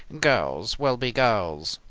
girls will be girls.